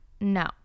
No